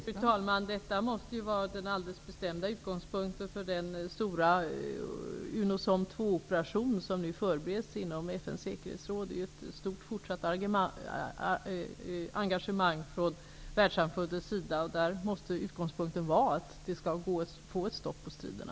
Fru talman! Detta måste vara den alldeles bestämda utgångspunkten för den stora UNOSOM II-operation som nu förbereds inom FN:s säkerhetsråd. Det är ett stort fortsatt engagemang från världssamfundets sida. Där måste utgångspunkten vara att det skall gå att få ett stopp på striderna.